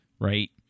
right